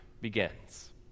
begins